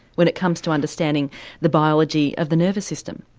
when it comes to understanding the biology of the nervous system?